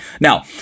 now